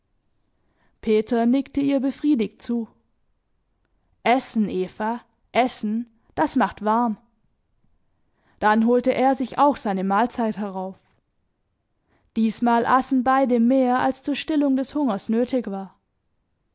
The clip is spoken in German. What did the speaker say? peter nickte ihr befriedigt zu essen eva essen das macht warm dann holte er sich auch seine mahlzeit herauf diesmal aßen beide mehr als zur stillung des hungers nötig war